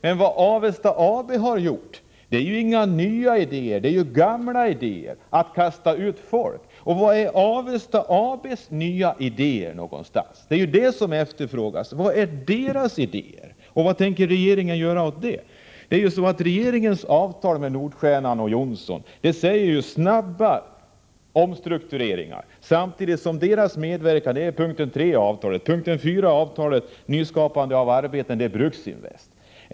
Men det Avesta AB gjort har inte med några nya idéer att göra, utan det är gamla idéer man tillämpar när man kastar ut folk. Var är Avesta AB:s nya idéer någonstans? Det blir inga nya idéer! Och vad tänker regeringen göra åt det? I regeringens avtal med Nordstjernan och Johnson talas det om snabba omstruktureringar, och deras medverkan slås fast i punkt 3 i avtalet. I punkt 4 talas om nyskapande av arbetstillfällen, och det gäller Bruksinvest.